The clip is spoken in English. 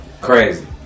Crazy